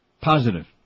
Positive